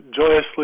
joyously